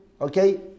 okay